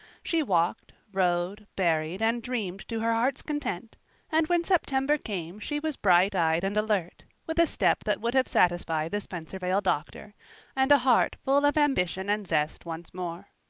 she walked, rowed, berried, and dreamed to her heart's content and when september came she was bright-eyed and alert, with a step that would have satisfied the spencervale doctor and a heart full of ambition and zest once more.